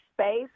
space